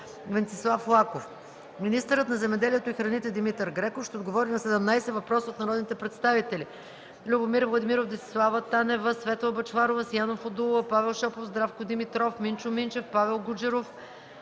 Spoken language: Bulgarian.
Венцислав Лаков. 4. Министърът на земеделието и храните Димитър Греков ще отговори на 17 въпроса от народните представители